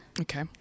Okay